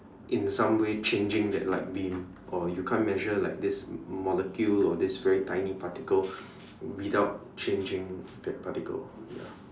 in some way changing that light beam or you can't measure like this m~ molecule or this very tiny particle without changing that particle ya